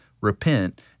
repent